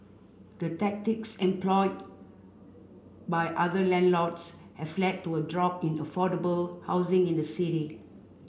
the tactics employed by other landlords have led to a drop in affordable housing in the city